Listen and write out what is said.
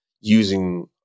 using